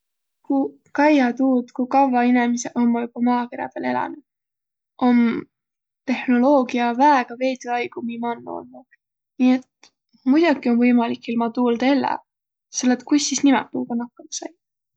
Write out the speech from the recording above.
Kuq kaiaq tuud, ku kavva inemiseq ommaq joba maakerä pääl elänü, om tehnoloogia väega veidü aigu mii man olnuq. Nii et muidoki om võimalik ilma tuuldaq elläq, selle et kuis sis nimäq tuuga nakkama saiq.